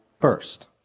first